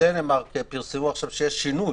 בדנמרק פרסמו עכשיו שיש חיסון,